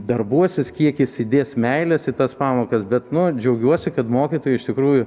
darbuosis kiek jis įdės meilės į tas pamokas bet nu džiaugiuosi kad mokytojai iš tikrųjų